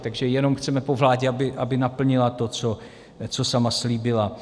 Takže jenom chceme po vládě, aby naplnila to, co sama slíbila.